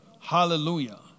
Hallelujah